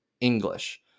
English